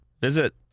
Visit